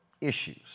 issues